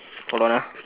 hold on ah